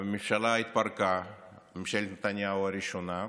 ממשלת נתניהו הראשונה התפרקה,